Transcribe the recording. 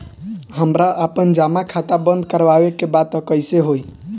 हमरा आपन जमा खाता बंद करवावे के बा त कैसे होई?